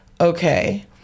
okay